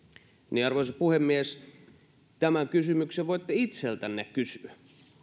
joten arvoisa puhemies tämän kysymyksen voitte itseltänne kysyä